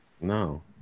No